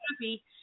happy